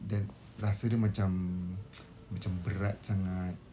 then rasa dia macam macam berat sangat